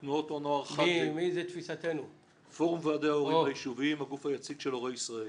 אני מייצג את פורום ועדי ההורים היישוביים הגוף היציג של הורי ישראל.